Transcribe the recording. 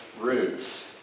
roots